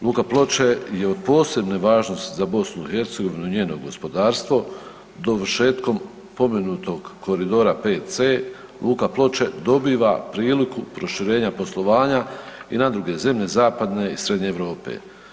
Luka Ploče je od posebne važnost za BiH i njeno gospodarstvo, dovršetkom pomenutog koridora 5C, luka Ploče dobiva priliku proširenja poslovanja i na druge zemlje zapadne i srednje Europe.